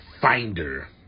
finder